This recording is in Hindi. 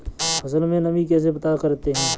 फसल में नमी कैसे पता करते हैं?